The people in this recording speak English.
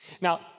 Now